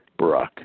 Barack